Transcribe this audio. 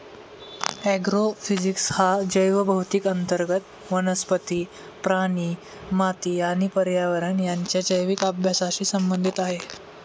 agrophysics हा जैवभौतिकी अंतर्गत वनस्पती, प्राणी, माती आणि पर्यावरण यांच्या जैविक अभ्यासाशी संबंधित आहे